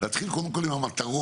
להתחיל קודם כל עם המטרות.